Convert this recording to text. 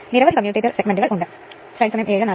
അതിനാൽ ഈ സാഹചര്യത്തിൽ ട്രാൻസ് അനുപാതം k 3